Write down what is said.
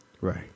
Right